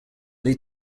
they